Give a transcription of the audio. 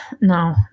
No